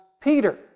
Peter